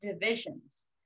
divisions